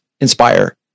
inspire